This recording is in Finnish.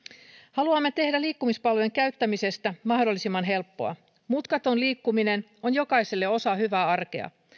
haluamme tehdä liikkumispalvelujen käyttämisestä mahdollisimman helppoa mutkaton liikkuminen on jokaiselle osa hyvää arkea